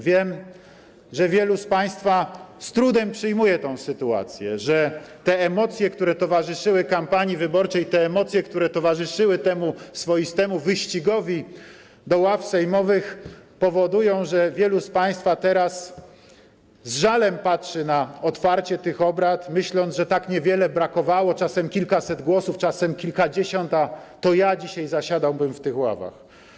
Wiem, że wielu z Państwa z trudem przyjmuje tę sytuację, że te emocje, które towarzyszyły kampanii wyborczej, te emocje, które towarzyszyły temu swoistemu wyścigowi do ław sejmowych, powodują, że wielu z Państwa teraz z żalem patrzy na otwarcie tych obrad, myśląc: tak niewiele brakowało, czasem kilkaset, czasem kilkadziesiąt głosów, a to ja dzisiaj zasiadałbym w tych ławach.